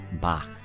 Bach